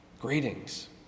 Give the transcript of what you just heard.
greetings